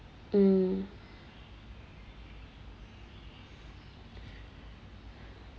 mm